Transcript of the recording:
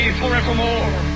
forevermore